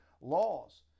laws